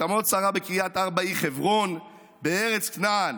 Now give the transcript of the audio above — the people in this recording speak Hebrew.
ותמת שרה בקרית ארבע היא חברון בארץ כנען